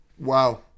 Wow